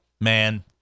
man